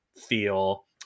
feel